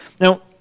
Now